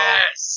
Yes